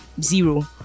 zero